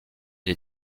les